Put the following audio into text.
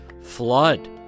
flood